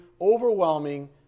overwhelming